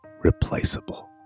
replaceable